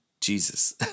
Jesus